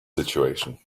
situation